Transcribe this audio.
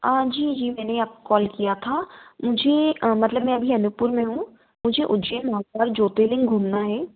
हाँ जी जी मैंने आपको आप कॉल किया था जी मतलब मैं अभी अनुपपूर में हूँ मुझे उज्जैन महाकाल ज्योतिर्लिंग घूमना है